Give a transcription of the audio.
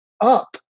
up